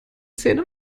zähne